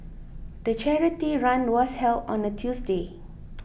the charity run was held on a Tuesday